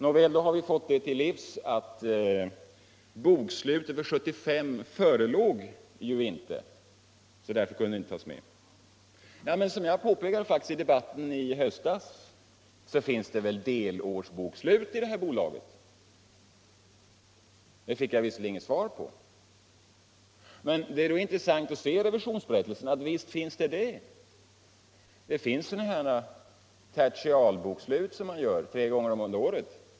Nåväl, då har vi fått höra att bokslutet för 1975 förelåg inte, så därför kunde det inte tas med. Men som jag faktiskt påpekade i debatten i höstas finns det väl delårsbokslut i det här bolaget. Det fick jag visserligen inget svar på, men det är då intressant att se i revisionsberättelsen att visst finns det tertialbokslut som görs upp tre gånger under året.